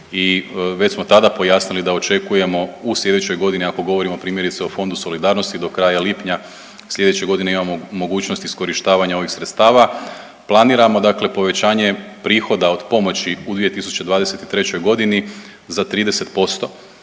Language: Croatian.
već smo tada pojasnili da očekujemo u sljedećoj godini, ako govorimo, primjerice, o Fondu solidarnosti, do kraja lipnja sljedeće godine imamo mogućnost iskorištavanja ovih sredstava. Planiramo dakle povećanje prihoda od pomoći u 2023. g. za 30%,